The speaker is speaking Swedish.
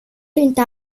inte